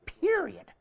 Period